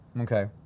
Okay